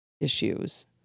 issues